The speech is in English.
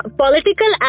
political